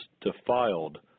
defiled